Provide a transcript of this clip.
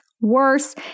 worse